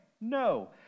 No